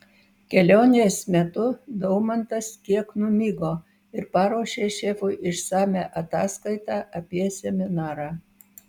kelionės metu daumantas kiek numigo ir paruošė šefui išsamią ataskaitą apie seminarą